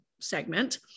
segment